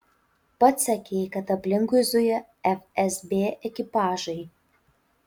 pats sakei kad aplinkui zuja fsb ekipažai